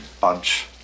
bunch